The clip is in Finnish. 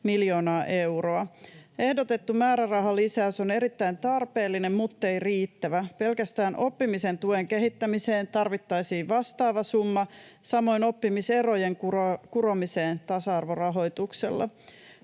miljoonaa euroa. Ehdotettu määrärahalisäys on erittäin tarpeellinen muttei riittävä. Pelkästään oppimisen tuen kehittämiseen tarvittaisiin vastaava summa, samoin oppimiserojen kuromiseen tasa-arvorahoituksella.